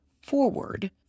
forward